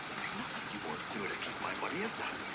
there's nothing you won't do to keep my money, is there?